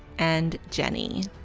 and jenny!